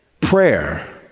Prayer